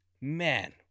man